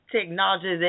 technology